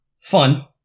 fun